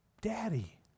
Daddy